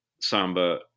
Samba